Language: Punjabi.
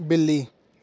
ਬਿੱਲੀ